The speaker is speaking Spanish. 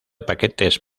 paquetes